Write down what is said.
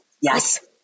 Yes